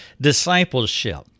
discipleship